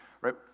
right